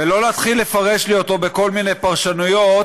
ולא להתחיל לפרש לי אותו בכל מיני פרשנויות